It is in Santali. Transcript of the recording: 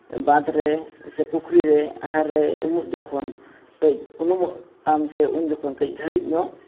ᱵᱟᱸᱫᱷᱨᱮ ᱥᱮ ᱯᱩᱠᱷᱨᱤ ᱨᱮ ᱟᱦᱟᱨ ᱨᱮ ᱩᱢᱩᱜ ᱡᱚᱠᱷᱚᱱ ᱠᱟᱹᱡ ᱩᱱᱩᱢᱚᱜ ᱟᱢᱥᱮ ᱡᱚᱠᱷᱚᱱ ᱠᱟᱹᱡ ᱜᱷᱟᱹᱲᱤᱡ ᱧᱚᱜ